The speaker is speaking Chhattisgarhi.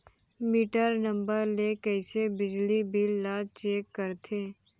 मीटर नंबर ले कइसे बिजली बिल ल चेक करथे?